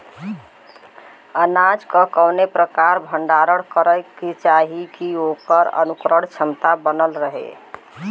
अनाज क कवने प्रकार भण्डारण कइल जाय कि वोकर अंकुरण क्षमता बनल रहे?